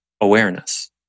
awareness